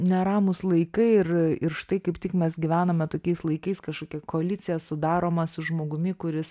neramūs laikai ir ir štai kaip tik mes gyvename tokiais laikais kažkokia koalicija sudaroma su žmogumi kuris